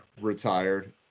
retired